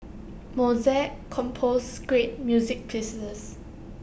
Mozart composed great music pieces